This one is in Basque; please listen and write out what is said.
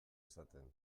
izaten